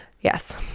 yes